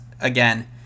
again